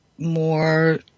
more